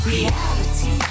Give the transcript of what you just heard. Reality